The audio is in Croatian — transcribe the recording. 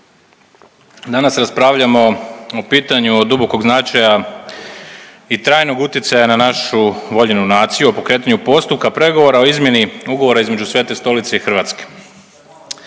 Danas raspravljamo o pitanju od dubokog značaja i trajnog utjecaja na našu voljenu naciju o pokretanju postupku pregovora o izmjeni Ugovora između Svete Stolice i Hrvatske.